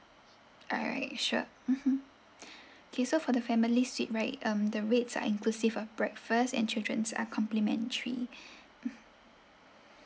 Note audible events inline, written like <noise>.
alright sure mmhmm <breath> okay so for the family suite right um the rates are inclusive of breakfast and children's are complimentary <breath> hmm